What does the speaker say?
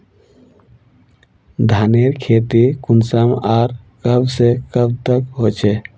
धानेर खेती कुंसम आर कब से कब तक होचे?